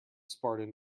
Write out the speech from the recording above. spartan